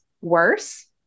worse